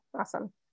Awesome